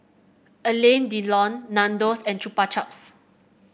Alain Delon Nandos and Chupa Chups